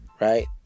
Right